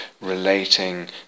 relating